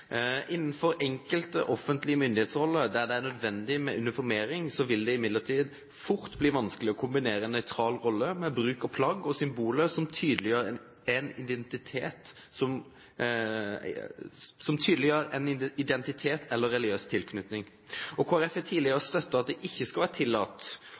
Innenfor enkelte offentlige myndighetsroller der det er nødvendig med uniformering, vil det imidlertid fort bli vanskelig å kombinere en nøytral rolle med bruk av plagg og symboler som tydeliggjør en identitet eller religiøs tilknytning. Kristelig Folkeparti har tidligere støttet at det ikke skal være tillatt